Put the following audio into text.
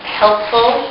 helpful